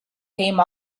came